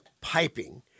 piping